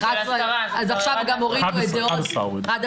זה 10. זה כבר ירד ל-10.